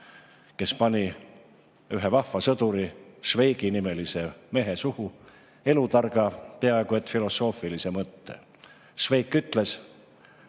kes pani ühe vahva sõduri, Švejki-nimelise mehe suhu elutarga, peaaegu et filosoofilise mõtte. Švejk ütles